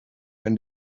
when